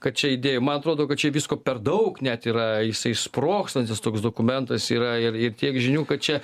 kad čia idėjų man atrodo kad čia visko per daug net yra jisai išsprogstantis toks dokumentas yra ir ir tiek žinių kad čia